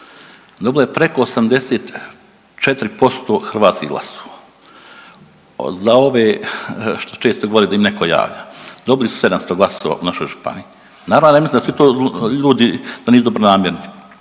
dobila je preko 84% hrvatskih glasova. Za ove što često govore da im neko javlja, dobili su 700 glasova u našoj županiji. Naravno da ne mislim da su to ljudi da nisu dobronamjerni,